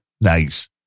Nice